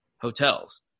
hotels